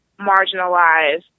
marginalized